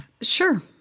Sure